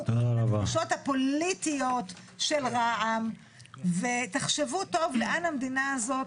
לדרישות הפוליטיות של רע"ם ותחשבו טוב לאן המדינה הזאת